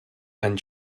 and